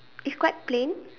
it's quite plain